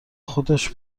خودش